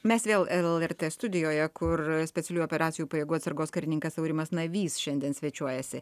mes vėl lrt studijoje kur specialiųjų operacijų pajėgų atsargos karininkas aurimas navys šiandien svečiuojasi